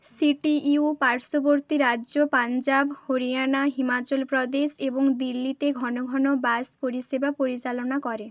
CTU পার্শ্ববর্তী রাজ্য পাঞ্জাব হরিয়ানা হিমাচল প্রদেশ এবং দিল্লিতে ঘনঘন বাস পরিষেবা পরিচালনা করে